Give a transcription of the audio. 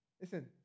Listen